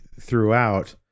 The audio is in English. throughout